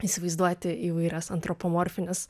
įsivaizduoti įvairias antropomorfines